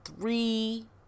three